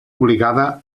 obligada